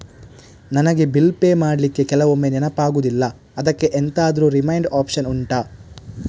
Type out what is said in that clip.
ನನಗೆ bill pay ಮಾಡ್ಲಿಕ್ಕೆ ಕೆಲವೊಮ್ಮೆ ನೆನಪಾಗುದಿಲ್ಲ ಅದ್ಕೆ ಎಂತಾದ್ರೂ ರಿಮೈಂಡ್ ಒಪ್ಶನ್ ಉಂಟಾ